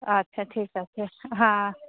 আচ্ছা ঠিক আছে হ্যাঁ